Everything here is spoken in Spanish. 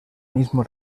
mismo